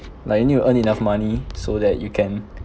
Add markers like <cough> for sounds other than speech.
like you need to earn enough money so that you can <noise>